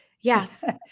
Yes